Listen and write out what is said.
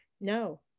No